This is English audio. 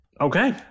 okay